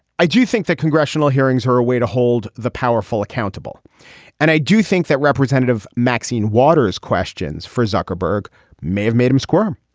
i do think that congressional hearings are a way to hold the powerful accountable and i do think that representative maxine waters questions for zuckerberg may have made him squirm.